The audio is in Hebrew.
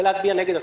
זה להצביע נגד החוק.